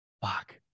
fuck